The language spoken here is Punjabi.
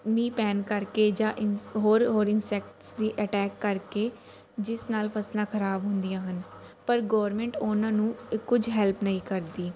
ਮੀਂਹ ਪੈਣ ਕਰਕੇ ਜਾਂ ਇਨ ਹੋਰ ਹੋਰ ਇਨਸੈਕਟਸ ਦੇ ਅਟੈਕ ਕਰਕੇ ਜਿਸ ਨਾਲ ਫਸਲਾਂ ਖਰਾਬ ਹੁੰਦੀਆਂ ਹਨ ਪਰ ਗੌਰਮੈਂਟ ਉਹਨਾਂ ਨੂੰ ਕੁਝ ਹੈਲਪ ਨਹੀਂ ਕਰਦੀ